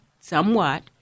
somewhat